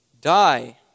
Die